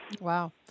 wow